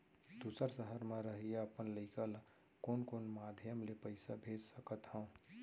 दूसर सहर म रहइया अपन लइका ला कोन कोन माधयम ले पइसा भेज सकत हव?